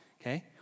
okay